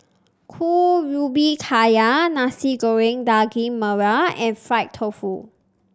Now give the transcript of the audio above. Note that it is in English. Kuih Ubi Kayu Nasi Goreng Daging Merah and Fried Tofu